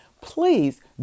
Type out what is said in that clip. please